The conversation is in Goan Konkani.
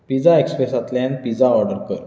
पिज्जा एक्सप्रेसांतल्यान पिज्जा ऑर्डर कर